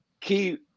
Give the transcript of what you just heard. key